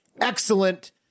Excellent